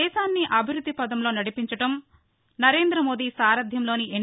దేశాన్ని అభివృద్ది పథంలో నడిపించడం నరేంద్ర మోదీ సారధ్యంలోని ఎన్